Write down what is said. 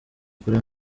ukuri